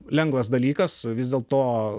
lengvas dalykas vis dėlto